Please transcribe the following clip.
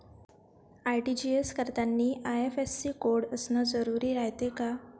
RTGS करतांनी IFSC code असन जरुरी रायते का?